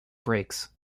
brakes